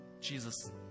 Jesus